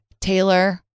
Taylor